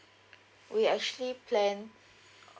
we actually plan